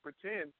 pretend